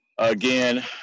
Again